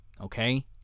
okay